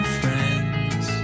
friends